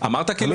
כך וכך